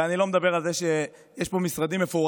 ואני לא מדבר על זה שיש פה משרדים מפוררים.